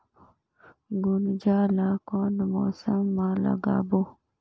गुनजा ला कोन मौसम मा लगाबो?